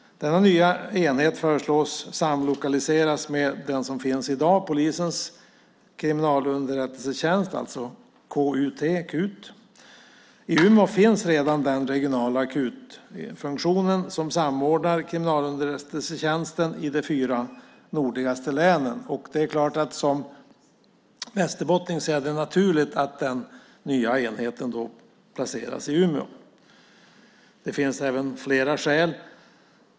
Denna nya enhet föreslås samlokaliseras med den som finns i dag, polisens kriminalunderrättelsetjänst, KUT. I Umeå finns redan den regionala KUT-funktion som samordnar kriminalunderrättelsetjänsten i de fyra nordligaste länen. Det är klart att som västerbottning ser jag det som naturligt att den nya enheten placeras i Umeå. Det finns flera skäl.